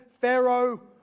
Pharaoh